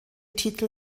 titel